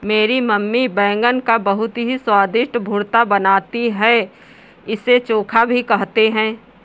मेरी मम्मी बैगन का बहुत ही स्वादिष्ट भुर्ता बनाती है इसे चोखा भी कहते हैं